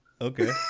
okay